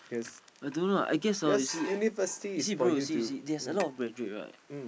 I don't know I guess orh you see you see bro there's a lot of graduate right